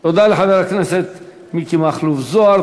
תודה לחבר הכנסת מכלוף מיקי זוהר.